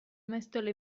mestolo